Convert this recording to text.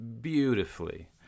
beautifully